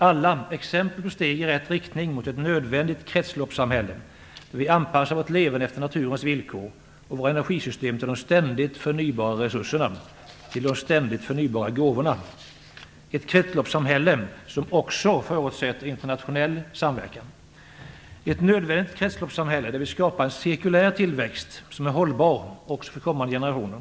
Alla är exempel på steg i rätt riktning mot ett nödvändigt kretsloppssamhälle, där vi anpassar vårt leverne efter naturens villkor och våra energisystem till de ständigt förnybara resurserna, till de ständigt förnybara gåvorna, ett kretsloppssamhälle som också förutsätter internationell samverkan. I ett nödvändigt kretsloppssamhälle skapar vi en cirkulär tillväxt som är hållbar, också för kommande generationer.